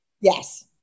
Yes